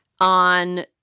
on